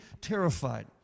terrified